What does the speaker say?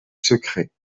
secret